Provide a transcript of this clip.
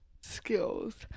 skills